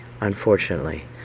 unfortunately